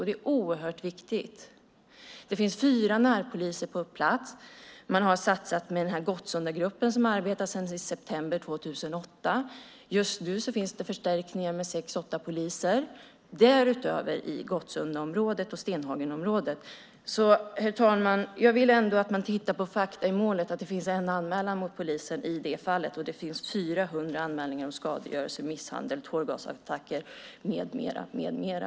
Det är oerhört viktigt. Det finns fyra närpoliser på plats. Man har gjort en satsning med Gottsundagruppen som arbetar sedan september 2008. Just nu är det en förstärkning med 6-8 poliser utöver förstärkningen i Gottsundaområdet och Stenhagenområdet. Herr talman! Jag vill att man tittar på fakta i målet, att det i det här fallet finns en anmälan mot polis och 400 anmälningar om skadegörelse, misshandel, tårgasattacker med mera.